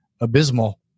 abysmal